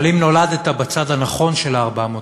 אבל אם נולדת בצד הנכון של ה-400 מטר,